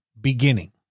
beginning